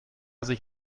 sich